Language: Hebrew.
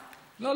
לא,